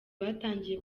batangiye